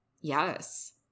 Yes